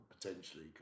potentially